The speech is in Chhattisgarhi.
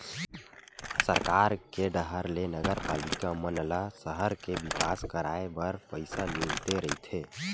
सरकार के डाहर ले नगरपालिका मन ल सहर के बिकास कराय बर पइसा मिलते रहिथे